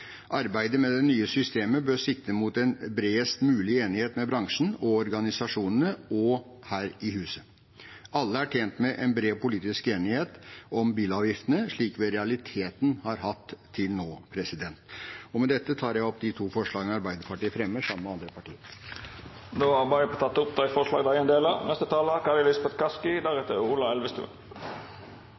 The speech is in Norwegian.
Arbeidet med det nye systemet bør sikte mot en bredest mulig enighet med bransjen og organisasjonene – og her i huset. Alle er tjent med en bred politisk enighet om bilavgiftene, slik vi i realiteten har hatt til nå. Med dette tar jeg opp de to forslagene Arbeiderpartiet fremmer sammen med andre partier. Representanten Svein Roald Hansen har teke opp dei forslaga han refererte til. Stortinget har vedtatt at det fra 2025 kun skal selges nullutslippsbiler. Det er